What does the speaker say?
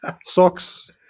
socks